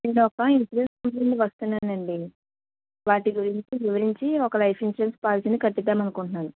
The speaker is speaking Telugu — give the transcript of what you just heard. నేను ఒక ఇన్సూరెన్స్ కంపెనీ నుంచి వస్తున్నానండి వాటి గురించి వివరించి ఒక లైఫ్ ఇన్సూరెన్స్ పాలసీని కట్టిద్దాం అనుకుంటున్నాను